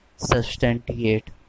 Substantiate